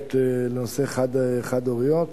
אקדמית לחד-הוריות.